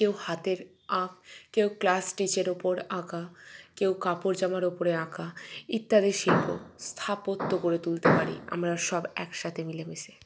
কেউ হাতের আঁক কেউ ক্লাসস্টিচের উপর আঁকা কেউ কাপড় জামার উপরে আঁকা ইত্যাদি শিল্প স্থাপত্য গড়ে তুলতে পারি আমরা সব একসাথে মিলেমিশে